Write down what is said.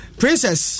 princess